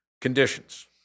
conditions